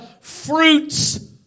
fruits